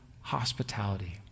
hospitality